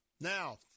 Now